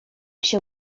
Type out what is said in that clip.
się